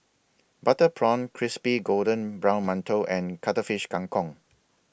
Butter Prawns Crispy Golden Brown mantou and Cuttlefish Kang Kong